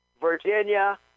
Virginia